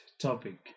topic